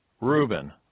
Reuben